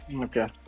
Okay